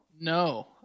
No